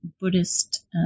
Buddhist